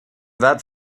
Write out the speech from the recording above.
that